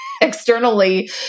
externally